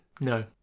No